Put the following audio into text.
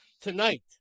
tonight